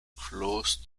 flows